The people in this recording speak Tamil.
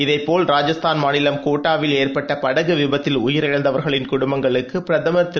இதே போல் ராஜஸ்தான் மாநிலம் கோட்டாவில் ஏற்பட்ட படகு விபத்தில் உயிரிழந்தவர்களின் குடும்பங்களுக்கு பிரதமர் திரு